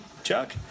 Chuck